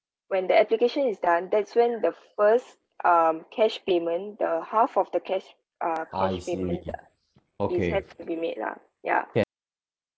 when the application is done that's when the first um cash payment the half of the cash uh it's have to be made lah ya